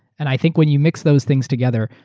and i think when you mix those things together,